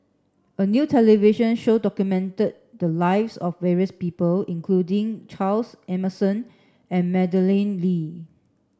a new television show documented the lives of various people including Charles Emmerson and Madeleine Lee